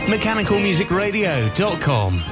Mechanicalmusicradio.com